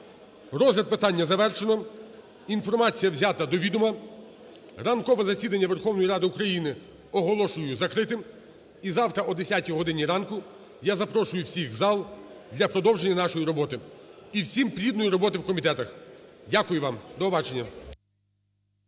Розгляд питань завершено. Інформація взяти до відому. Ранкове засідання Верховної Ради України оголошую закритим. І завтра о 10-й годині ранку я запрошую всіх в зал для продовження нашої роботи. І всім плідної роботи в комітетах. Дякую вам. До побачення.